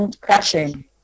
Crashing